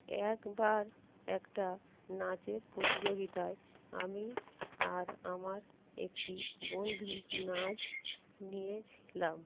একবার একটা নাচের প্রতিযোগিতায় আমি আর আমার একটি বন্ধু নাচ নিয়েছিলাম